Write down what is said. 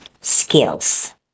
skills